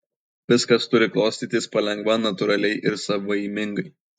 viskas turi klostytis palengva natūraliai ir savaimingai